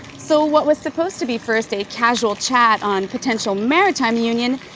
so what was supposed to be first a casual chat on potential maritime union,